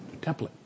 Template